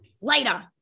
Later